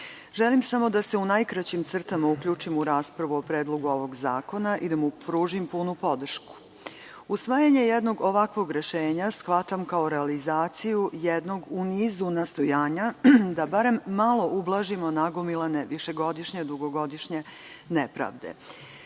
želim samo da se u najkraćim crtama uključim u raspravu o Predlogu ovog zakona i da mu pružim punu podršku. Usvajanje jednog ovakvog rešenja shvatam kao realizaciju jednog u nizu nastojanja da barem malo ublažimo nagomilane višegodišnje, dugogodišnje nepravde.